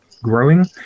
Growing